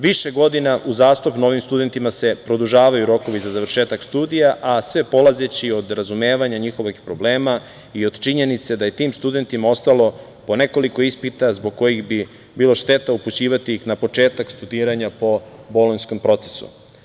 Više godina uzastopno ovim studentima se produžavaju rokovi za završetak studija, a sve polazeći od razumevanja njihovih problema i od činjenice da je tim studentima ostalo po nekoliko ispita zbog kojih bi bilo šteta upućivati ih na početak studiranja po Bolonjskom procesu.